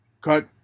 cut